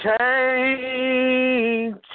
change